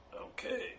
Okay